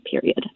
period